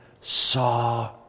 saw